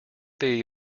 they